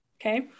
Okay